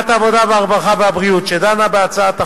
ועדת העבודה, הרווחה והבריאות, שדנה בהצעת החוק,